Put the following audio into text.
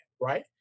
right